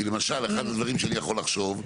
כי למשל אחד הדברים שאני יכול לחשוב,